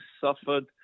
suffered